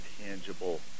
intangible